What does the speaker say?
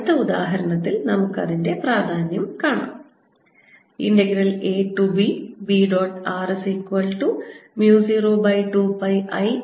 അടുത്ത ഉദാഹരണത്തിൽ നമുക്ക് അതിന്റെ പ്രാധാന്യം കാണാവുന്നതാണ്